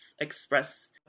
express